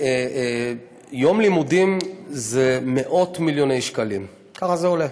יום לימודים זה מאות מיליוני שקלים, ככה זה עולה.